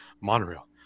monorail